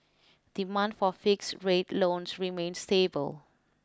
demand for fixed rate loans remains stable